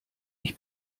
ich